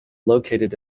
located